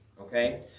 Okay